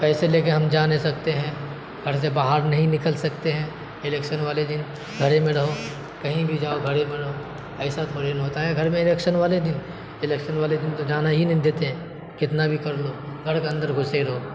پیسے لے کے ہم جا نہیں سکتے ہیں گھر سے باہر نہیں نکل سکتے ہیں الیکشن والے دن گھر میں رہو کہیں بھی جاؤ گھر میں رہو ایسا تھوڑی نا ہوتا ہے گھر میں الیکشن والے دن الیکشن والے دن تو جانا ہی نہیں دیتے ہیں کتنا بھی کر لو گھر کے اندر گھسے رہو